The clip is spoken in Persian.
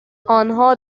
آنها